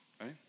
right